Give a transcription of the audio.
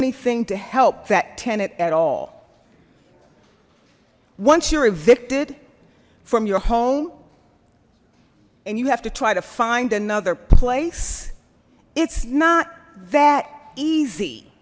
anything to help that tenant at all once you're evicted from your home and you have to try to find another place it's not that easy